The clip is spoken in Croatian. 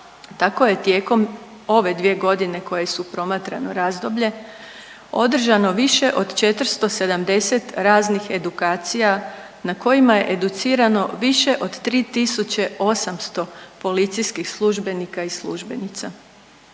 Tako je tijekom ove dvije godine koje su promatrano razdoblje održano više od 470 raznih edukacija na kojima je educirano više od 380 policijskih službenika i službenica.